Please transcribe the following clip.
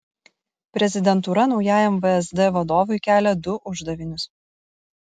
prezidentūra naujajam vsd vadovui kelia du uždavinius